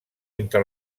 entre